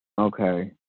Okay